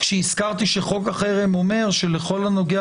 כשהזכרתי שחוק החרם אומר שבכל הנוגע